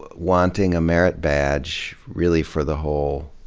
wanting a merit badge, really for the whole,